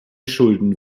schulden